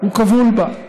הוא כבול בה.